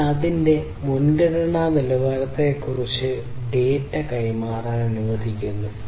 ഇത് അതിന്റെ മുൻഗണനാ നിലവാരത്തിനനുസരിച്ച് ഡാറ്റ കൈമാറാൻ അനുവദിക്കുന്നു